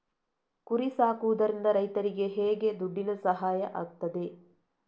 ಕುರಿ ಸಾಕುವುದರಿಂದ ರೈತರಿಗೆ ಹೇಗೆ ದುಡ್ಡಿನ ಸಹಾಯ ಆಗ್ತದೆ?